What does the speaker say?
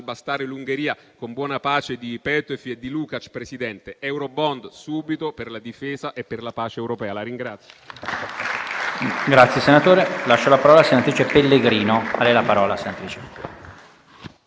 bastare l'Ungheria, con buona pace di Petőfi e Lukács. Presidente. Eurobond subito per la difesa e per la pace europea.